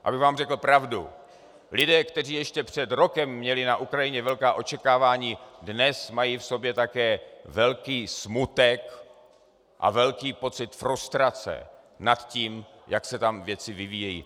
Abych vám řekl pravdu, lidé, kteří ještě před rokem měli na Ukrajině velká očekávání, dnes mají v sobě také velký smutek a velký pocit frustrace nad tím, jak se tam věci vyvíjejí.